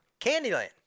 Candyland